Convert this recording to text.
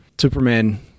Superman